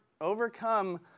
overcome